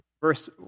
verse